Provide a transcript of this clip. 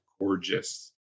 gorgeous